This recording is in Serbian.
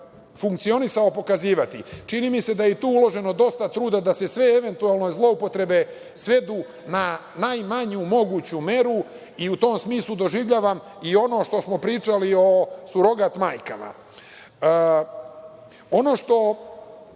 funkcionisao, pokazivati. Čini mi se da je i tu uloženo dosta truda da se sve eventualne zloupotrebe svedu na najmanju moguću meru. U tom smislu doživljavam i ono što smo pričali u surogat majkama. Ono što